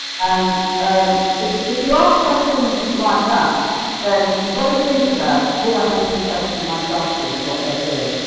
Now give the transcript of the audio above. and um if if you ask questions like that then you've got to think about will that make a good question in my classroom for what they're doing.